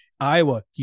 Iowa